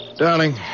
Darling